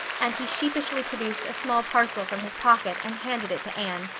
and he sheepishly produced a small parcel from his pocket and handed it to anne,